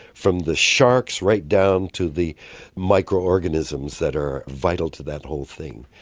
from the sharks right down to the microorganisms that are vital to that whole thing.